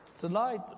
tonight